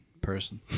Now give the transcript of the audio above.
person